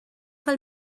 fel